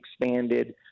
expanded